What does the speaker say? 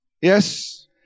Yes